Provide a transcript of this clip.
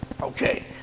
okay